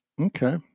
Okay